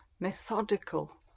methodical